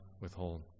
withhold